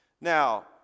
Now